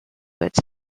its